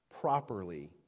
properly